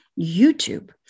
YouTube